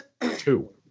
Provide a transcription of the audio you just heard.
Two